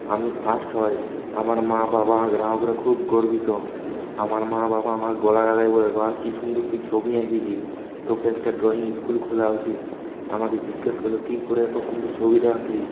আমি ফার্স্ট হই আমার মা বাবা খুব গর্বিত আমার মা বাবা আমার গলা আগলে বলে বাহ কী সুন্দর তুই ছবি এঁকেছিস তোকে একটা ড্রয়িং স্কুল খোলা উচিত আমাকে জিজ্ঞেস করল কি করে এত সুন্দর ছবিটা আঁকলি